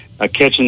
catching